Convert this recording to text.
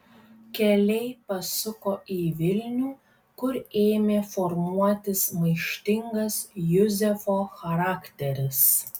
keliai pasuko į vilnių kur ėmė formuotis maištingas juzefo charakteris